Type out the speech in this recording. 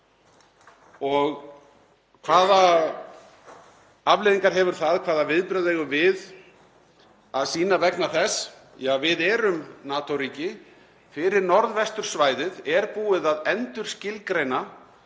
Hvaða afleiðingar hefur það? Hvaða viðbrögð eiga við að sýna vegna þess? Ja, við erum NATO-ríki. Fyrir norðvestursvæðið er búið að endurskilgreina